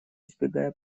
избегая